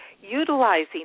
utilizing